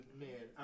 man